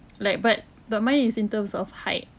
like but but mine is in terms of height